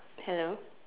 hello